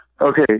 Okay